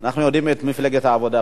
אנחנו יודעים, מפלגת העבודה.